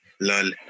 Lol